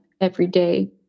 everyday